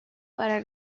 para